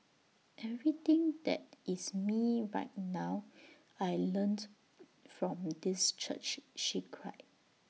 everything that is me right now I learnt from this church she cried